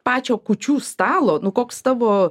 pačio kūčių stalo nu koks tavo